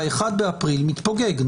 ב-1 באפריל מתפוגג,